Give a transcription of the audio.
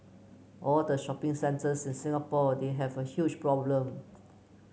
all the shopping centres in Singapore they have a huge problem